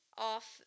off